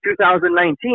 2019